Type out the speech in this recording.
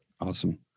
Awesome